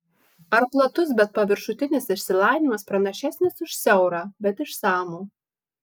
ar platus bet paviršutinis išsilavinimas pranašesnis už siaurą bet išsamų